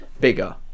bigger